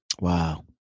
Wow